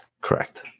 Correct